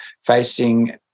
facing